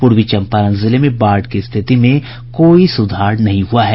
प्रर्वी चंपारण जिले में बाढ़ की रिथति में भी कोई सुधार नहीं हुआ है